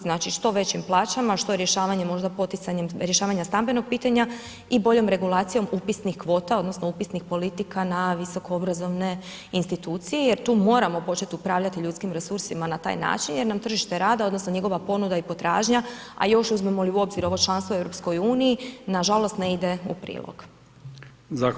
Znači, što većim plaćama, što rješavanjem možda poticanjem rješavanja stambenog pitanja i boljom regulacijom upisnih kvota, odnosno upisnih politika na visokoobrazovne institucije jer tu moramo početi upravljati ljudskim resursima na taj način jer nam tržište rada, odnosno njegova ponuda i potražnja, a još uzmemo li u obzir ovo članstvo u EU, nažalost, ne ide u prilog.